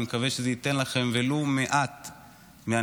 אני מקווה שזה ייתן לכן ולו מעט מהנחמה.